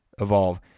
evolve